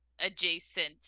adjacent